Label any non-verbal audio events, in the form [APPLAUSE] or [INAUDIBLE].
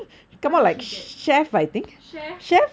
what did she get [LAUGHS] chef